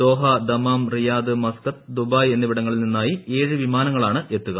Doha Dammam Riyadh Muscat Dubai എന്നിവിടങ്ങളിൽ നിന്നായി ഏഴ് വിമാനങ്ങളാണ് എത്തുക